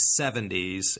70s